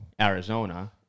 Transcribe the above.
Arizona